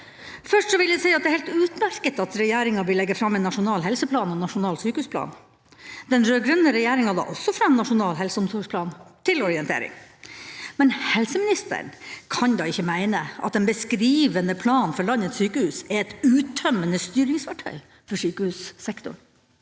Først vil jeg si at det er helt utmerket at regjeringa vil legge fram en nasjonal helseplan og nasjonal sykehusplan. Den rød-grønne regjeringa la også fram Nasjonal helse- og omsorgsplan, til orientering. Men helseministeren kan da ikke mene at en beskrivende plan for landets sykehus er et uttømmende styringsverktøy for sykehussektoren.